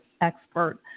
expert